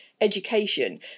education